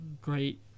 great